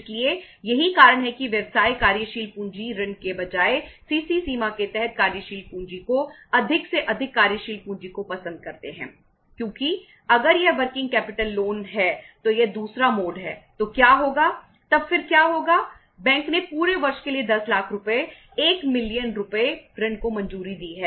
इसलिए यही कारण है कि व्यवसाय कार्यशील पूंजी ऋण के बजाय सीसी रुपये ऋण को मंजूरी दी है